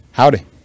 Howdy